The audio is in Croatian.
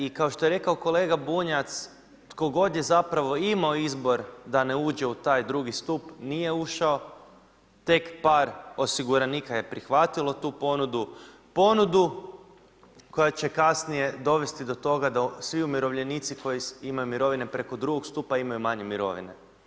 I kao što je rekao kolega Bunjac tko je zapravo imao izbor da ne uđe u taj drugi stup nije ušao, tek par osiguranika je prihvatilo tu ponudu, ponudu koja će kasnije dovesti do toga da svi umirovljenici koji imaju mirovine preko drugog stupa imaju manje mirovine.